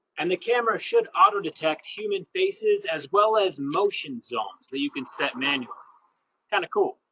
and the camera should auto detect human faces as well as motion zones that you can set manually kind of cool.